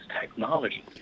technology